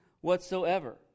whatsoever